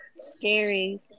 Scary